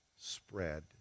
spread